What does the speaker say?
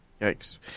Yikes